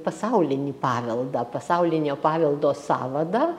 pasaulinį paveldą pasaulinio paveldo sąvadą